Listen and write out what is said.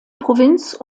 provinz